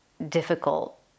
difficult